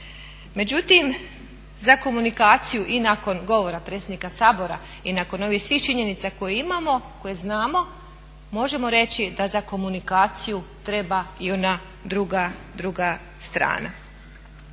Međutim, za komunikaciju i nakon govora predsjednika Sabora i nakon ovih svih činjenica koje imamo, koje znamo, možemo reći da za komunikaciju treba i ona druga, druga